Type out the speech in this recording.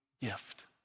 gift